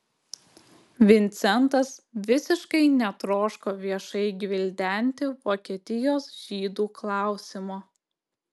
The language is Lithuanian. vincentas visiškai netroško viešai gvildenti vokietijos žydų klausimo